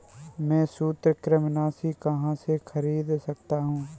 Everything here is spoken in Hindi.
मैं सूत्रकृमिनाशी कहाँ से खरीद सकता हूँ?